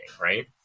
right